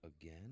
Again